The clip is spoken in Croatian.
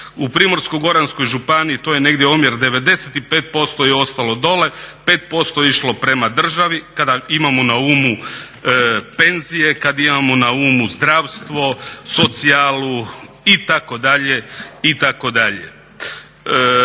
U Primorsko-goranskoj županiji to je negdje omjer 95% je ostalo dole, 5% je išlo prema državi kada imamo na umu penzije, kad imamo na umu penzije, kad